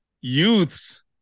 youths